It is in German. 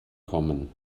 kommen